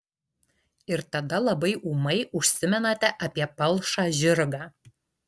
ir tada labai ūmai užsimenate apie palšą žirgą